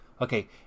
okay